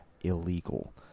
illegal